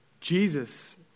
Jesus